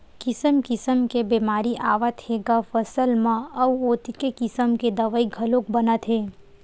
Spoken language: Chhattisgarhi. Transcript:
किसम किसम के बेमारी आवत हे ग फसल म अउ ओतके किसम के दवई घलोक बनत हे